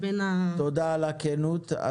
תודה על הכנות.